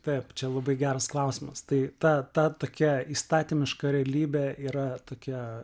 taip čia labai geras klausimas tai ta ta tokia įstatymiška realybė yra tokia